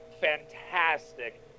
fantastic